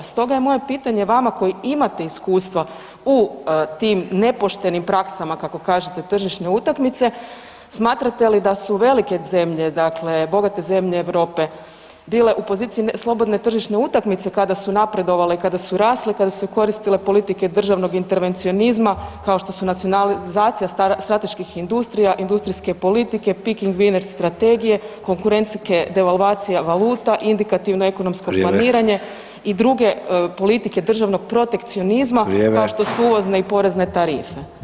Stoga je moje pitanje vama koji imate iskustva u tim nepoštenim praksama, kako kažete, tržišne utakmice, smatrate li da su velike zemlje, dakle bogate zemlje Europe bile u poziciji slobodne tržišne utakmice kada su napredovale i kada su rasle i kada su se koristile politike državnog intervencionizma kao što su nacionalizacija strateških industrija, industrijske politike, picking winers strategije, konkurentske devalvacije valuta, indikativno ekonomsko planiranje [[Upadica: Vrijeme.]] i druge politike državnog protekcionizma kao što [[Upadica: Vrijeme.]] uvozne i porezne tarife.